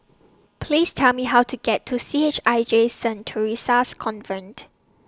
Please Tell Me How to get to C H I J Saint Theresa's Convent